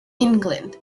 england